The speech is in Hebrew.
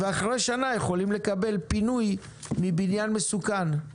ואחרי שנה יכולים לקבל פינוי מבניין מסוכן.